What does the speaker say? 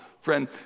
Friend